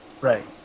Right